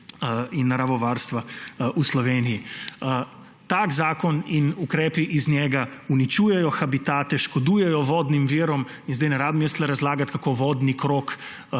in naravovarstva v Sloveniji. Tak zakon in ukrepi iz njega uničujejo habitate, škodujejo vodnim virom in sedaj ne rabim jaz tu razlagati, kako vodni krog